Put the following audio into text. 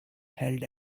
held